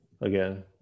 Again